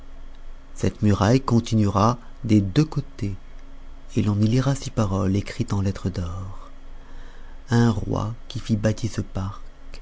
cette muraille continuera des deux côtés et l'on y lira ces paroles écrites en lettres d'or un roi qui fit bâtir ce parc